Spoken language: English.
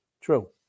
true